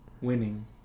winning